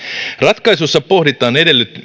ratkaisussa pohditaan